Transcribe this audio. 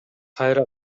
кайра